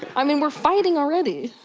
i mean we're fighting already.